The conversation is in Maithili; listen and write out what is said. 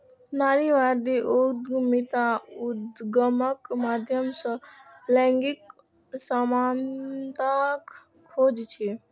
नारीवादी उद्यमिता उद्यमक माध्यम सं लैंगिक समानताक खोज छियै